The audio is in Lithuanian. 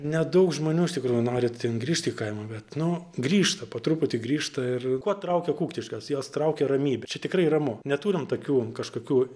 nedaug žmonių iš tikrųjų nori ten grįžt į kaimą bet nu grįžta po truputį grįžta ir kuo traukia kuktiškės jos traukia ramybe čia tikrai ramu neturim tokių kažkokių